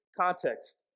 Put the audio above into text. context